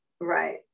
Right